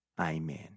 Amen